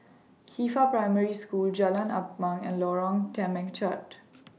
Qifa Primary School Jalan Ampang and Lorong Temechut